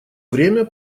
время